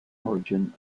origin